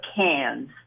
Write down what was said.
cans